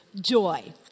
joy